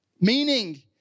Meaning